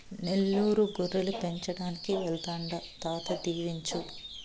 నెల్లూరు గొర్రెలు పెంచడానికి వెళ్తాండా తాత దీవించు